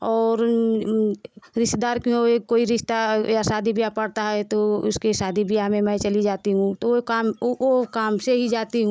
और रिश्तेदार के कोई रिस्ता या शादी ब्याह पड़ता है तो उसके शादी ब्याह में मैं चली जाती हूँ तो वो काम वो वो काम से ही जाती हूँ